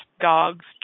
dogs